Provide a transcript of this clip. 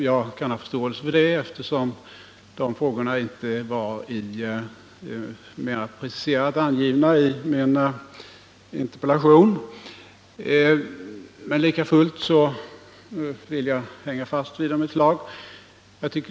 Jag kan ha förståelse för det, eftersom de inte var mera preciserat angivna i min interpellation. Men likafullt vill jag hänga fast vid dem ett slag.